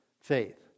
faith